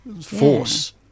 force